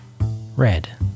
red